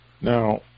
Now